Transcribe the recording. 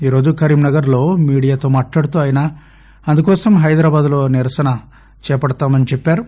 ఈరోజు కరీంనగర్లో మీడియాతో మాట్లాడుతూ ఆయన అందుకోసం హైదరాబాద్లో నిరసన చేపడతామని చెప్పారు